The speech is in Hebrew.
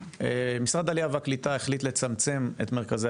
משרד העלייה והקליטה החליט לצמצם את מרכזי